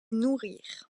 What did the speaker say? nourrir